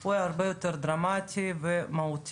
הוא הרבה יותר דרמטי ומהותי.